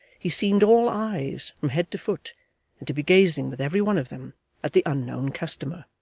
he seemed all eyes from head to foot, and to be gazing with every one of them at the unknown customer.